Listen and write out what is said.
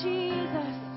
Jesus